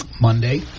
Monday